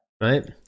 Right